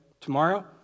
tomorrow